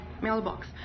mailbox